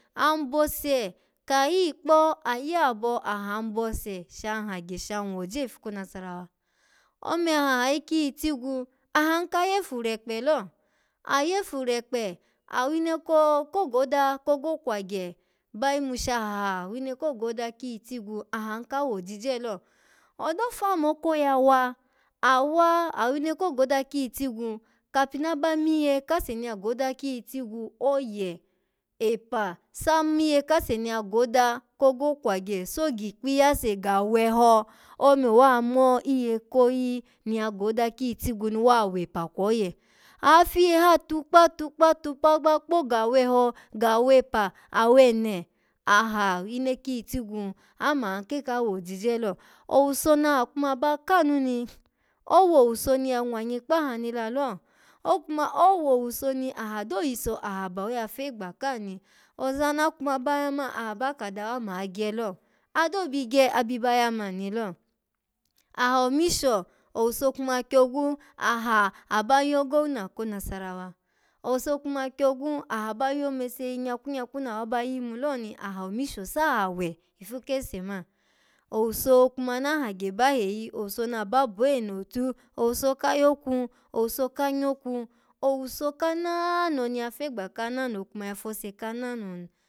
An bose kayikpo ayi abo ahan bose shan hagye shan woje ifu ko nasarawa ome aha ayi kiyitigwu ahan ka yefu rekpe lo, ayefu rekpe awine ko-ko goda kogo kwagye ba yimu shaha awine ko goda kiyi tigwu ahan ka wojije lo odo fo amoko yawa, awa, awine ko goda kiyitigwu kabi naba miye kase ni ya goda kiyitigwu oye, epa, sa miye kase ai ya goda kogo kwagye so gikpiyase gaweho ome owa miye koyi ni ya goda kiyitigwu ni wa wepa kwoye afiye ha tukpa tukpa, tukpa kpo gaweho gawepa, awene, aha ine kiyitigwu amo an ke kawojije lo owuso naha kuma ba kanu ni, owo owuso ni ya nwanyi kpaha ni lalo okuma, owo owuso ni aha do yiso aba oya fegba ka ni oza na kuma ba ya man, aha ba ka dawa ma gye lo ado bi gye abi ba ya mani lo aha omisho owuso kuma kyogwu, aha aba yogowuna ko nasarawa owuso kuma kyogwu aha ba yo meseyi nyakwu nyakwu nawa ba yimu lo ni aha omisho saha we ifu kese man, owuso kuna na hagye baheyi owuso na ba bo eno, otu, owuso kayokwu, owuso kanyokwu, owuso kanano ni ya fegba kanano kuma ya fose kanano ni.